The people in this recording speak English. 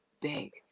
big